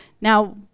Now